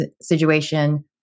situation